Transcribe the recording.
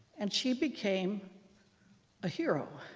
and she became a hero.